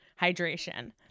hydration